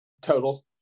total